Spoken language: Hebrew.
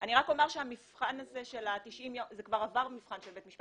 אני רק אומר שהמבחן הזה של 90 הימים זה כבר עבר מבחן של בית משפט,